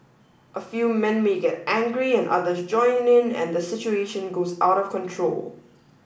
a few men may get angry and others join in and the situation goes out of control